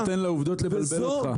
זה מדהים שאתה לא נותן לעובדות לבלבל אותך.